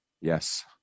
Yes